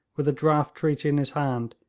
with a draft treaty in his hand,